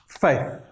faith